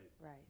Right